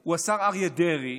הוא השר אריה דרעי,